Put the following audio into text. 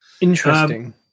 Interesting